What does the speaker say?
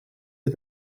est